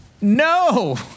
No